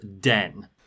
Den